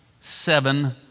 seven